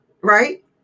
right